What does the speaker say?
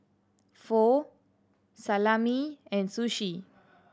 Pho Salami and Sushi